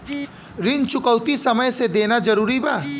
ऋण चुकौती समय से देना जरूरी बा?